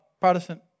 Protestant